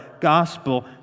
gospel